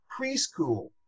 preschool